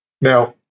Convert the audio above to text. Now